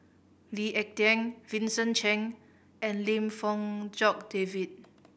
Lee Ek Tieng Vincent Cheng and Lim Fong Jock David